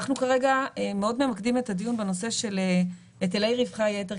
אנחנו כרגע מאוד ממקדים את הדיון בנושא של היטלי רווחי היתר,